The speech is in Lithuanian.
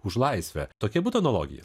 už laisvę tokia būtų analogija